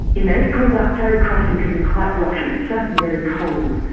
in april that ferry crossing can be quite rough, and it's certainly very cold,